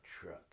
truck